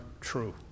true